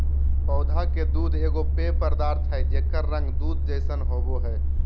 पौधा के दूध एगो पेय पदार्थ हइ जेकर रंग दूध जैसन होबो हइ